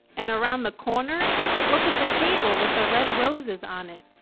and around the corner look at the table with the red roses on it.